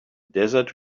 desert